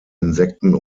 insekten